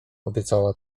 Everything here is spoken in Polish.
obiecała